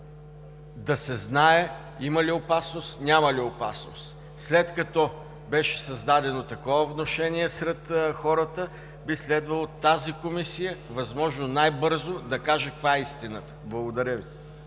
да се знае има ли опасност, няма ли опасност. След като беше създадено такова внушение сред хората, би следвало тази Комисия възможно най-бързо да каже каква е истината. Благодаря Ви.